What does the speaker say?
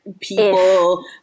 people